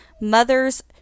mother's